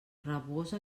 rabosa